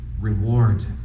reward